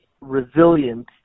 resilience